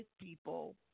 people